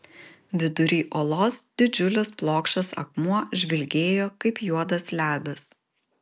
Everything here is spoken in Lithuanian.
vidury olos didžiulis plokščias akmuo žvilgėjo kaip juodas ledas